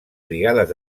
brigades